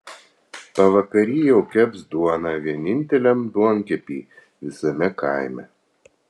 pavakary jau keps duoną vieninteliam duonkepy visame kaime